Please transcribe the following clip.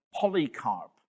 Polycarp